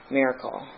miracle